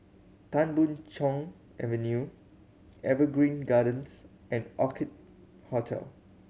Tan Boon Chong Avenue Evergreen Gardens and Orchid Hotel